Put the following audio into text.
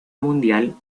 mundial